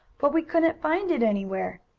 but we couldn't find it anywhere!